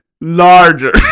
larger